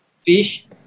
Fish